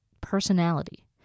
personality